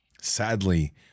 Sadly